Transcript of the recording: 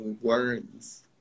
words